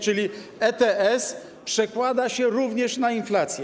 Czyli ETS przekłada się również na inflację.